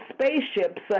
spaceships